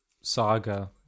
saga